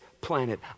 planet